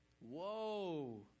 Whoa